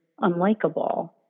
unlikable